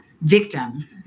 victim